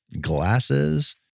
glasses